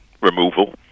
removal